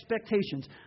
expectations